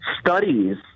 studies